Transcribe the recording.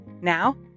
Now